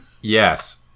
Yes